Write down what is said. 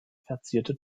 verzierte